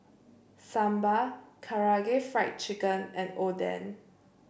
Sambar Karaage Fried Chicken and Oden